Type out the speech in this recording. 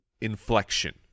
inflection